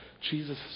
Jesus